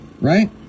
right